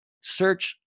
search